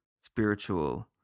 spiritual